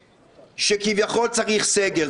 שכביכול צריך סגר.